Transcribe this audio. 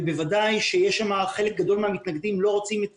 ובוודאי שחלק גדול מהמתנגדים שלא רוצים את